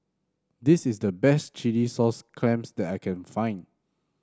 this is the best Chilli Sauce Clams that I can find